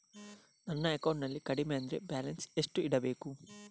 ನನ್ನ ಅಕೌಂಟಿನಲ್ಲಿ ಕಡಿಮೆ ಅಂದ್ರೆ ಬ್ಯಾಲೆನ್ಸ್ ಎಷ್ಟು ಇಡಬೇಕು?